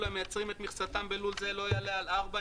המייצרים את מכסתם בלול זה לא עולה על 4,